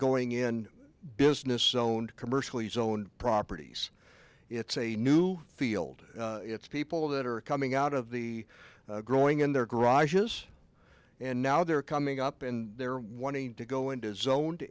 going in business owned commercially zoned properties it's a new field it's people that are coming out of the growing in their garages and now they're coming up and they're wanting to go into